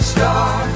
Star